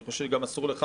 אני חושב שגם אסור לך,